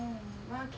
ya lah like those